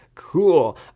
cool